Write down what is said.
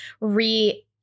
re-